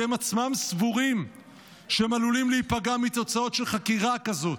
כי הם עצמם סבורים שהם עלולים להיפגע מתוצאות של חקירה כזאת.